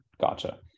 gotcha